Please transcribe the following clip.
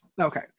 Okay